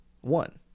One